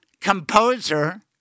composer